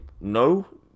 no